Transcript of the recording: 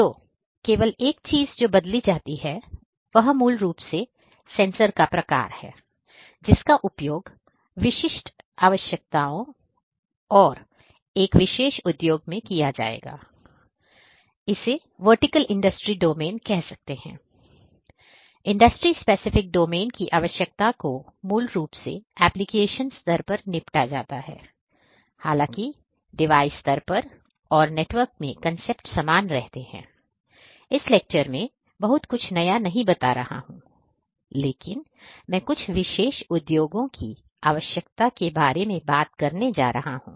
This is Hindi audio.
तो केवल एक चीज जो बदल जाती है वह मूल रूप से सेंसर का प्रकार है जिसका उपयोग विशिष्ट आवश्यकताओं और एक विशेष उद्योग में किया जाएगा इसे हां वर्टिकल इंडस्ट्री डोमेन कह सकते हैं इंडस्ट्री स्पेसिफिक डोमेन की आवश्यकता को मूल रूप से एप्लीकेशन स्तर पर निपटा जाता है हालांकि डिवाइस स्तर पर और नेटवर्क में कंसेप्ट समान रहते हैं इस लेक्चर में बहुत कुछ नया नहीं बता रहा हूं लेकिन मैं कुछ विशेष उद्योगों की आवश्यकता के बारे बात करने जा रहा हूं